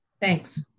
Thanks